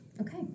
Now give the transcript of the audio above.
Okay